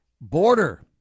border